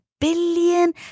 billion